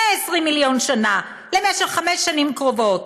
120 מיליון לשנה למשך חמש השנים הקרובות,